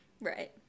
Right